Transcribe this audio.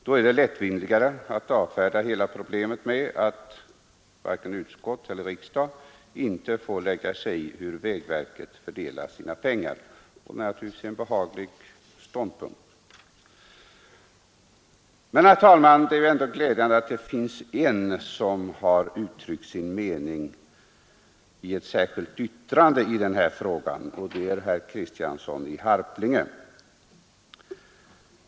Då är det lättvindigare att avfärda hela problemet med att varken utskottet eller riksdagen får lägga sig i hur vägverket fördelar sina pengar. Det är naturligtvis en behaglig ståndpunkt. Men, herr talman, det är ändå glädjande att det finns en som har uttryckt sin mening i ett särskilt yttrande i denna fråga, nämligen herr Kristiansson i Harplinge.